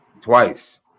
twice